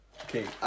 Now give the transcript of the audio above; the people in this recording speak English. Okay